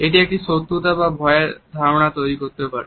এটি একটি শত্রুতা বা ভয়ের ধারণা তৈরি করতে পারে